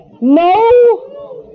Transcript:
No